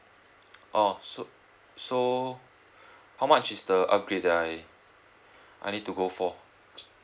oh so so how much is the upgrade that I I need to go for